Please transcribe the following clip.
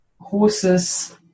horses